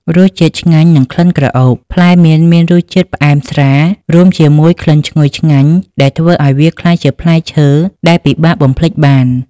រសជាតិឆ្ងាញ់ និងក្លិនក្រអូប ផ្លែមៀនមានរសជាតិផ្អែមស្រាល រួមជាមួយក្លិនឈ្ងុយឆ្ងាញ់ដែលធ្វើឱ្យវាក្លាយជាផ្លែឈើដែលពិបាកបំភ្លេចបាន។